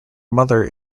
mother